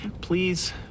Please